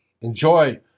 enjoy